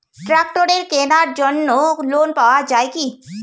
ট্রাক্টরের কেনার জন্য লোন পাওয়া যায় কি?